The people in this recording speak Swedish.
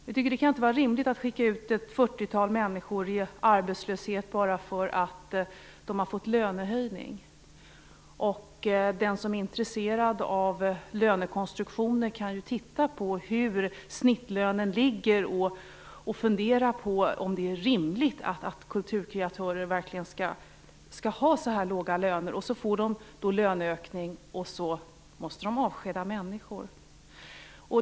Det kan inte vara rimligt att skicka ut ett fyrtiotal människor i arbetslöshet bara därför att de har fått löneförhöjning. Den som är intresserad av lönekonstruktioner kan ju titta på hur snittlönen ligger och fundera på om det är rimligt att kulturkreatörer verkligen skall ha så här låga löner. När de sedan får löneförhöjning måste teatern i stället avskeda människor.